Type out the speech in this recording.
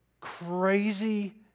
crazy